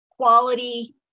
quality